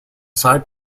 side